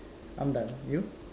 I'm done you